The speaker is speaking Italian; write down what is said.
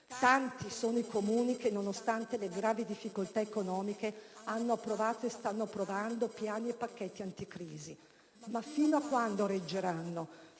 Tanti sono i Comuni che, nonostante le gravi difficoltà economiche, hanno approvato e stanno approvando piani e pacchetti anticrisi. Ma fino a quando reggeranno?